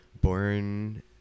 born